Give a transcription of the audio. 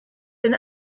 and